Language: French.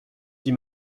dit